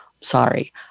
Sorry